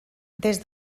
des